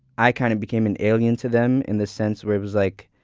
i kind of became an alien to them in the sense where it was like,